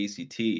ACT